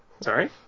Sorry